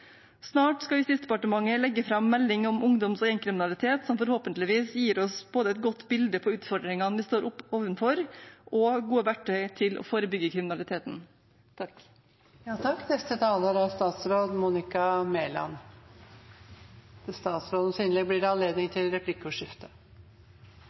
Snart skal Justisdepartementet legge fram melding om ungdoms- og gjengkriminalitet, som forhåpentligvis gir oss både et godt bilde på utfordringene vi står overfor, og gode verktøy til å forebygge kriminaliteten. Bekjempelsen av organisert kriminalitet og kriminelle gjenger prioriteres høyt av regjeringen. Jeg er glad for at det